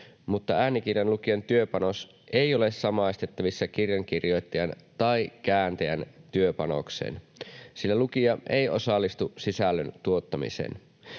mutta äänikirjan lukijan työpanos ei ole samaistettavissa kirjan kirjoittajan tai kääntäjän työpanokseen, sillä lukija ei osallistu sisällön tuottamiseen.